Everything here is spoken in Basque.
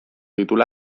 dituela